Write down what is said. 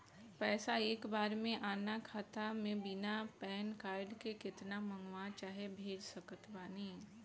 पैसा एक बार मे आना खाता मे बिना पैन कार्ड के केतना मँगवा चाहे भेज सकत बानी?